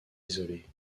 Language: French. isolées